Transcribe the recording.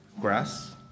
Grass